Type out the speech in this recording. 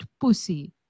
pussy